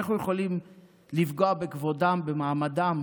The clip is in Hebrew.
אנחנו יכולים לפגוע בכבודם, במעמדם.